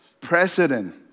president